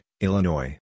Illinois